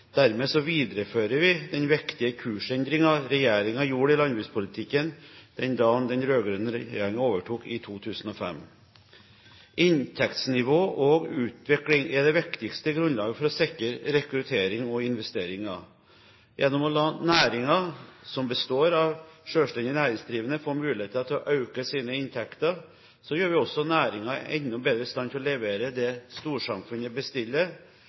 Dermed viderefører vi den viktige kursendringen regjeringen gjorde i landbrukspolitikken den dagen den rød-grønne regjeringen overtok i 2005. Inntektsnivå og -utvikling er det viktigste grunnlaget for å sikre rekruttering og investeringer. Gjennom å la næringen, som består av selvstendig næringsdrivende, få muligheter til å øke sine inntekter, gjør vi også næringen enda bedre i stand til å levere det storsamfunnet bestiller: